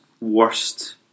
worst